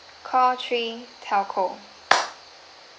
call three telco